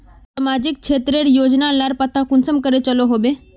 सामाजिक क्षेत्र रेर योजना लार पता कुंसम करे चलो होबे?